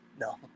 no